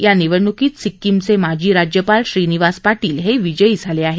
या निवडण्कीत सिक्कीमचे माजी राज्यपाल श्रीनिवास पाटील हे विजयी झाले आहेत